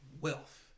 wealth